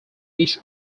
each